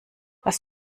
was